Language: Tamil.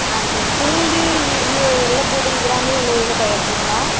ஆ சரி பூண்டு இது வெள்ளை பூண்டு இதெல்லாமே உங்கள் இதில் தயாரிக்கிறீங்களா